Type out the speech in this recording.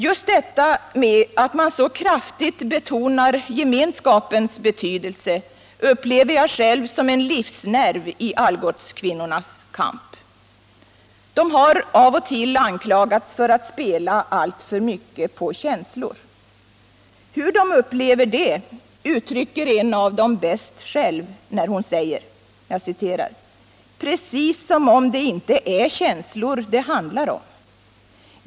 Just detta att man så kraftigt betonar gemenskapens betydelse upplever jag själv som en livsnerv i Algotskvinnornas kamp. De har av och till anklagats för att spela alltför mycket på känslor. Hur de upplever detta uttrycker en av dem bäst själv, när hon säger: ”Precis som om det inte är känslor det handlar om!